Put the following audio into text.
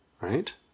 Right